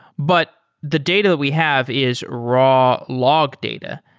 but the data we have is raw log data.